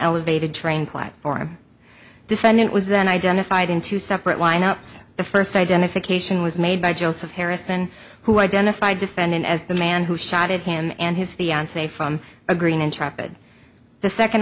elevated train platform defendant was then identified in two separate lineups the first identification was made by joseph harrison who identified defendant as the man who shot at him and his fiance from a green intrepid the second